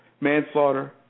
Manslaughter